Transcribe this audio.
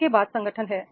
इसके बाद संगठन है